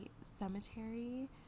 cemetery